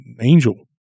angel